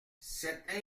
cette